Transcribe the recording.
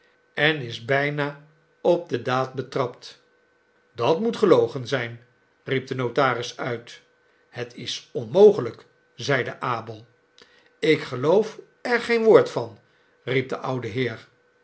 en is bijna op de daad betrapt dat moet gelogen zijn riep de notaris uit het is onmogelijk zeide abel ik geloof er geen woord van riep de oude heer